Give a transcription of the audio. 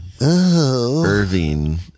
Irving